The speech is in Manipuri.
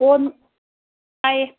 ꯀꯣꯟ ꯑꯩ